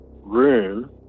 room